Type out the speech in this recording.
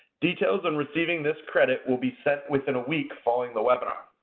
details on receiving this credit will be sent within a week following the webinar.